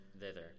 thither